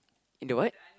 in the what